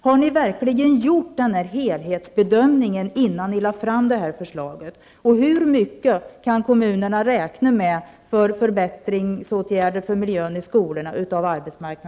Hade ni verkligen gjort någon helhetsbedömning, innan ni lade fram detta förslag? Hur mycket kan kommunerna räkna med att disponera av arbetsmarknadsmedel till förbättringsåtgärder i skolorna?